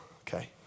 Okay